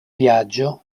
viaggio